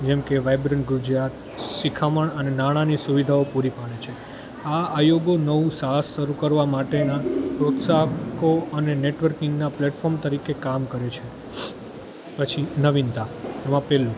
જેમ કે વાઈબ્રન્ટ ગુજરાત શિખામણ અને નાણાંની સુવિધાઓ પૂરી પાડે છે આ આયોગો નવું સાહસ શરૂ કરવામાં માટેના પ્રોત્સાહકો અને નેટવર્કિંગના પ્લેટફોર્મ તરીકે કામ કરે છે પછી નવીનતા એમાં પેલું